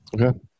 Okay